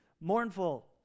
mournful